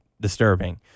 disturbing